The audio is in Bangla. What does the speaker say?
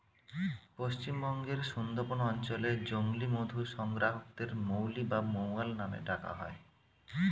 পশ্চিমবঙ্গের সুন্দরবন অঞ্চলে জংলী মধু সংগ্রাহকদের মৌলি বা মৌয়াল নামে ডাকা হয়